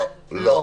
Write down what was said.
לא.